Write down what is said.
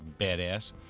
badass